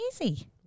Easy